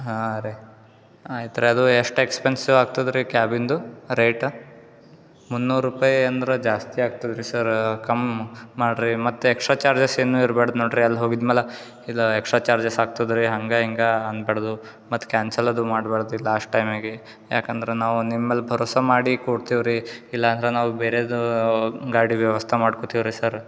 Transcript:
ಹಾಂ ರೀ ಐತ್ರಿ ಅದು ಎಷ್ಟು ಎಕ್ಸ್ಪೆನ್ಸಿವ್ ಆಗ್ತದೆ ರೀ ಕ್ಯಾಬಿನದು ರೇಟ ಮುನ್ನೂರು ರೂಪಾಯಿ ಅಂದ್ರೆ ಜಾಸ್ತಿ ಆಗ್ತದೆ ರೀ ಸರ ಕಮ್ಮಿ ಮಾಡಿರಿ ಮತ್ತು ಎಕ್ಸ್ಟ್ರಾ ಚಾರ್ಜಸ್ ಏನು ಇರ್ಬಾಡ್ದು ನೋಡಿರಿ ಅಲ್ಲಿ ಹೋಗಿದ್ದ ಮ್ಯಾಲೆ ಇಲ್ಲ ಎಕ್ಸ್ಟ್ರಾ ಚಾರ್ಜಸ್ ಆಗ್ತದೆ ರೀ ಹಂಗೆ ಹಿಂಗೆ ಅನ್ಬಾರ್ದು ಮತ್ತು ಕ್ಯಾನ್ಸಲ್ ಅದು ಮಾಡ್ಬಾರ್ದು ಇಲ್ಲ ಅಷ್ಟು ಟೈಮಿಗೆ ಯಾಕಂದ್ರೆ ನಿಮ್ಮ ಮ್ಯಾಲೆ ಭರೊಸಾ ಮಾಡಿ ಕೊಡ್ತಿವಿ ರೀ ಇಲ್ಲಾಂದ್ರೆ ನಾವು ಬೇರೆದು ಗಾಡಿ ವ್ಯವಸ್ಥೆ ಮಾಡ್ಕೋತಿವಿ ರೀ ಸರ್